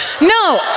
No